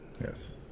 Yes